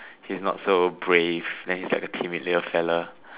he is not so brave then he is a timid little fella